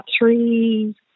three